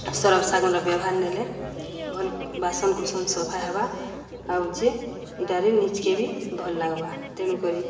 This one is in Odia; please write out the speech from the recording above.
ସରଫ୍ ସାଗୁନ୍ର ବ୍ୟବହାର୍ ନେଲେ ଭଲ୍ ବାସନ୍କୁସନ୍ ସଫା ହେବା ଆଉ ହଉଛେ ଇଟାରେ ନିଜ୍କେ ବି ଭଲ୍ ଲାଗ୍ବା ତେଣୁକରି